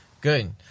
Good